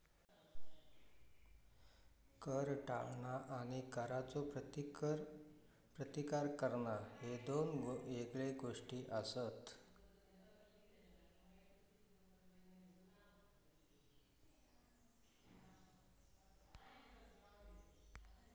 कर टाळणा आणि करचो प्रतिकार करणा ह्ये दोन येगळे गोष्टी आसत